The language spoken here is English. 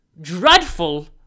dreadful